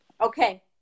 Okay